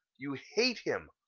you hate him,